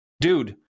Dude